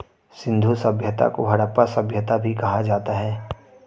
सिंधु सभ्यता को हड़प्पा सभ्यता भी कहा जाता है